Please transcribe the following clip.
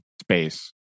space